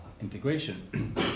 integration